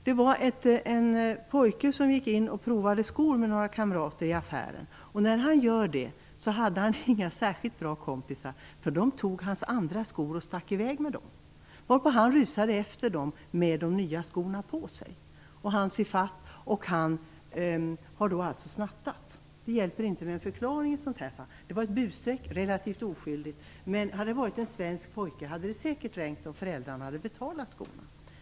Det var en pojke som med några kamrater gick in i en affär och provade skor. Han hade inga särskilt bra kompisar, för när han provade tog de hans egna skor och stack iväg med dem, varpå han rusade efter dem med de nya skorna på sig. Man hann ifatt honom och han anklagades för att ha snattat. Det hjälper inte med en förklaring i ett sådant här fall. Det var ett relativt oskyldigt busstreck. Hade det varit en svensk pojke hade det säkert räckt om föräldrarna hade betalat skorna.